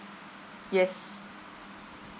yes